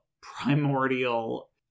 primordial